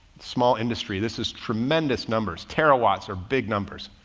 small industry. this is tremendous numbers terawatts are big numbers.